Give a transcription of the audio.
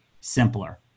simpler